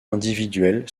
individuelles